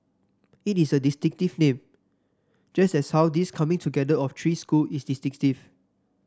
it is a distinctive name just as how this coming together of three school is distinctive